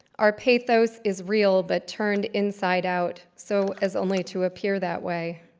our pathos is real, but turned inside-out so as only to appear that way.